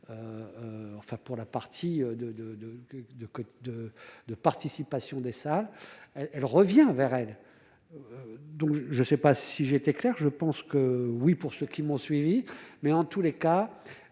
de, de, de, de, de, de participation des salles, elle revient vers elle, donc je ne sais pas si j'étais Claire, je pense que oui, pour ceux qui m'ont suivi, mais en tous les cas,